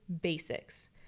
basics